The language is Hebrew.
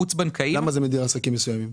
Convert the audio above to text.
למה זה מדיר עסקים מסוימים?